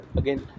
again